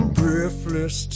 breathless